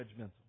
judgmental